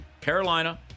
Carolina